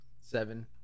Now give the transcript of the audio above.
seven